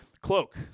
Cloak